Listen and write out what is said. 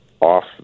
off